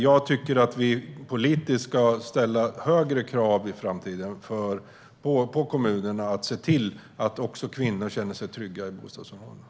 Jag tycker att vi politiskt ska ställa högre krav på kommunerna i framtiden när det gäller att se till att också kvinnor känner sig trygga i bostadsområdena.